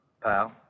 Pal